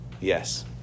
Yes